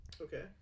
Okay